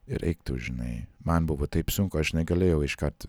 ir eik tu žinai man buvo taip sunku aš negalėjau iškart